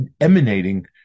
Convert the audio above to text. emanating